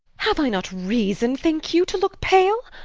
have i not reason, think you, to look pale?